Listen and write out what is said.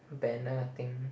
banner thing